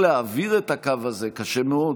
איך להעביר את הקו הזה, קשה מאוד.